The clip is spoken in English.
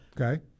Okay